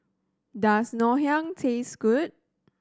does Ngoh Hiang taste good